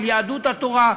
של יהדות התורה,